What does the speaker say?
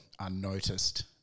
unnoticed